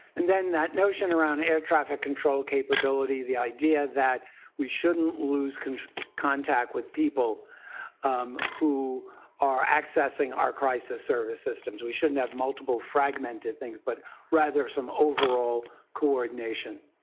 and then that notion around air traffic control capability, the idea that we should not lose contact with people who are accessing our crisis service systems. we should not and have multiple fragmented things, but rather some overall coordination.